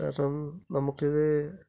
കാരണം നമുക്കിത്